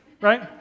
right